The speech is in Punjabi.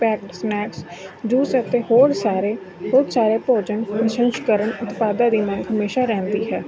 ਪੈਕਟ ਸਨੈਕਸ ਜੂਸ ਅਤੇ ਹੋਰ ਸਾਰੇ ਬਹੁਤ ਸਾਰੇ ਭੋਜਨ ਪ੍ਰਸ਼ੰਸਕਰਨ ਉਤਪਾਦਾਂ ਦੀ ਮੰਗ ਹਮੇਸ਼ਾ ਰਹਿੰਦੀ ਹੈ